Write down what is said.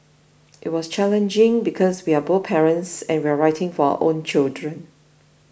it was challenging because we are both parents and we're writing for our own children